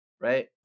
right